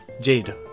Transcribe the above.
Jade